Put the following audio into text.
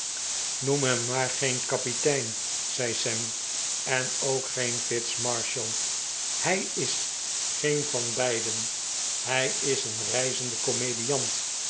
noem hem maar geen kapitein zei sam en ook geen fitz marshall j hij is geen van beiden hij is een reizende komediant